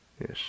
Yes